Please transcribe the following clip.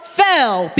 fell